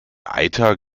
eiter